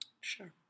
Sure